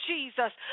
Jesus